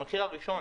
המחיר הראשון